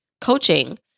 coaching